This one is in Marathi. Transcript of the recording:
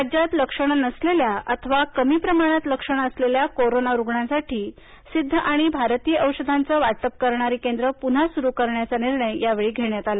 राज्यात लक्षणे नसलेल्या अथवा कमी प्रमाणात लक्षणे असलेल्या कोरोना रुग्णांसाठी सिद्ध आणि भारतीय औषधाचं वाटप करणारी केंद्र पुन्हा सुरू करण्याचा निर्णय यावेळी घेण्यात आला